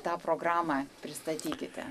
tą programą pristatykite